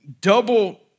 double